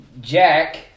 jack